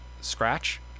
scratch